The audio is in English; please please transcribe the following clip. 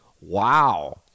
Wow